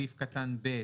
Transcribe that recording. סעיף קטן (ב),